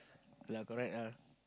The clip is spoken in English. okay lah correct lah